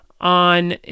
on